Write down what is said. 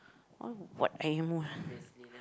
why would what I most